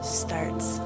starts